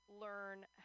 learn